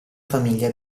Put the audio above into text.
famiglia